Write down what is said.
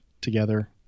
together